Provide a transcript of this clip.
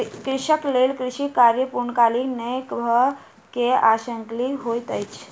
कृषक लेल कृषि कार्य पूर्णकालीक नै भअ के अंशकालिक होइत अछि